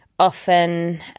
Often